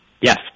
yes